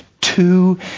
Two